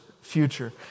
future